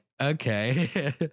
Okay